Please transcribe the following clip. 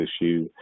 issue